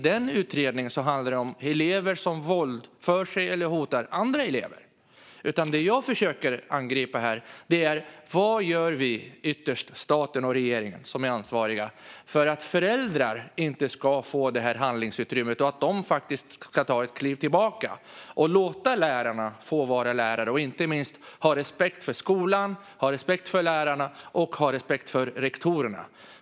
Den utredningen handlar om elever som våldför sig på eller hotar andra elever, och det jag försöker angripa här är vad vi - staten och regeringen, som är ytterst ansvariga - gör för att föräldrar inte ska få det här handlingsutrymmet. Vad görs för att de ska ta ett kliv tillbaka, låta lärarna vara lärare och inte minst ha respekt för skolan, för lärarna och för rektorerna?